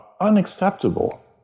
unacceptable